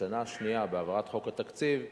ובשנה השנייה, בהעברת חוק התקציב,